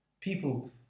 People